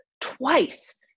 twice